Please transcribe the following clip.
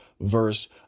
verse